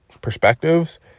perspectives